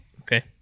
okay